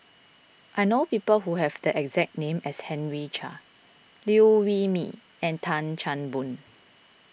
I know people who have the exact name as Henry Chia Liew Wee Mee and Tan Chan Boon